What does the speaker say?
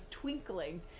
twinkling